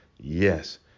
Yes